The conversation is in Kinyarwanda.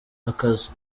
akazu